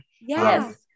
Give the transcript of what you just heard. yes